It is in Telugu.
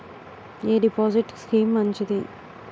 ఎ డిపాజిట్ స్కీం మంచిది?